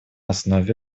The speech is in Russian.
основе